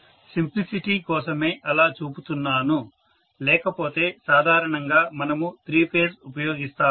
simplicity కోసమే అలా చూపుతున్నాను లేకపోతే సాధారణంగా మనము త్రీ ఫేజ్ ఉపయోగిస్తాము